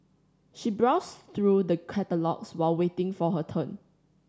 she browsed through the catalogues while waiting for her turn